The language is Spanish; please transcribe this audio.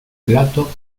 plato